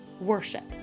worship